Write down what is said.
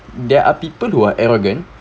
there are people who are arrogant